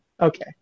Okay